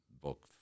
book